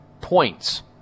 points